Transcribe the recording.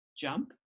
jump